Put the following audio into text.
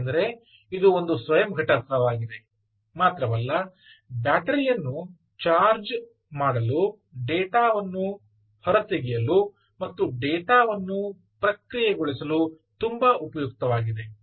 ಏಕೆಂದರೆ ಇದು ಒಂದು ಸ್ವಯಂ ಘಟಕವಾಗಿದೆ ಮಾತ್ರವಲ್ಲ ಬ್ಯಾಟರಿ ಯನ್ನು ಚಾರ್ಜ್ ಮಾಡಲು ಡೇಟಾ ವನ್ನು ಹೊರತೆಗೆಯಲು ಮತ್ತು ಡೇಟಾವನ್ನು ಪ್ರಕ್ರಿಯೆಗೊಳಿಸಲು ತುಂಬಾ ಉಪಯುಕ್ತವಾಗಿದೆ